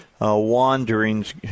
wanderings